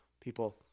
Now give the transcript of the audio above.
People